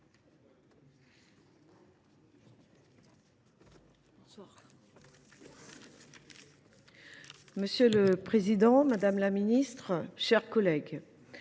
Monsieur le président, madame la ministre, mes chers collègues,